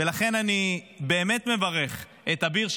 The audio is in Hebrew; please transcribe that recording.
ולכן אני באמת מברך את אביר,